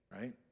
right